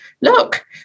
look